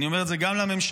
אני אומר את זה גם לממשלה,